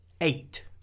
Eight